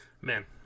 Man